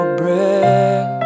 breath